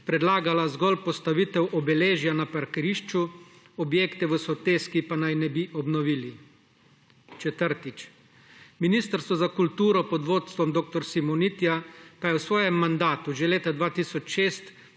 predlagala zgolj postavitev obeležja na parkirišču, objektov v soteski pa naj ne bi obnovili. Četrtič. Ministrstvo za kulturo pod vodstvom dr. Simonitija pa je v svojem mandatu že leta 2006